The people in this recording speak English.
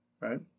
right